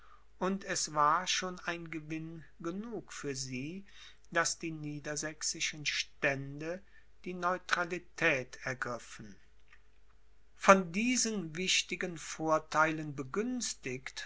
und es war schon gewinn genug für sie daß die niedersächsischen stände die neutralität ergriffen von diesen wichtigen vortheilen